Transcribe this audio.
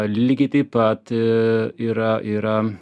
lygiai taip pat yra yra